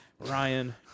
Ryan